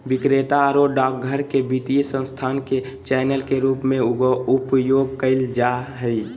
विक्रेता आरो डाकघर के वित्तीय संस्थान ले चैनल के रूप में उपयोग कइल जा हइ